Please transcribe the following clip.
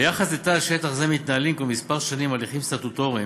ביחס לתא שטח זה מתנהלים כבר כמה שנים הליכים סטטוטוריים